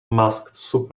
superstar